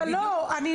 אני לא חושבת.